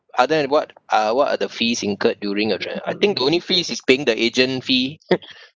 other than what uh what are the fees incurred during your tra~ I think the only fees is paying the agent fee